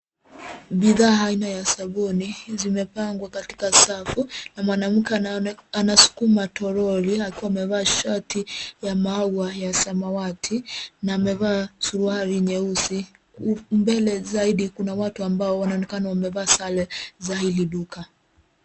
Bidhaa aina ya sabuni zimepangwa katika safu na mwanamke anasukuma toroli akiwa amevaa shati ya maua ya samawati na amevaa suruali nyeusi. Mbele zaidi kuna watu ambao wanaonekana wamevaa sare za hili duka.